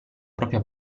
propria